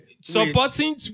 Supporting